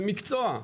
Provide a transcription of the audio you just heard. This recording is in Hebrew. מקצוע.